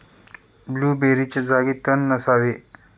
ब्लूबेरीच्या जागी तण नसावे